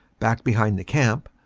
back behind the camp,